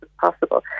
possible